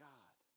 God